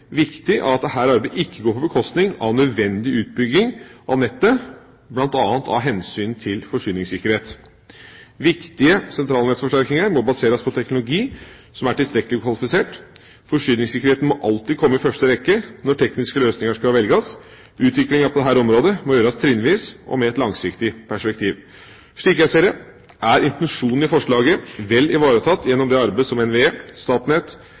viktig at dette arbeidet ikke går på bekostning av nødvendig utbygging av nettet, bl.a. av hensyn til forsyningssikkerhet. Viktige sentralnettsforsterkninger må baseres på teknologi som er tilstrekkelig kvalifisert. Forsyningssikkerheten må alltid komme i første rekke når tekniske løsninger skal velges. Utviklinga på dette området må gjøres trinnvis og med et langsiktig perspektiv. Slik jeg ser det, er intensjonen i forslaget vel ivaretatt gjennom det arbeidet som NVE, Statnett,